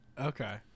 Okay